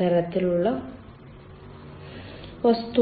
തരത്തിലുള്ള വസ്തുവാണ്